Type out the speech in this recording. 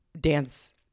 dance